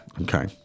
Okay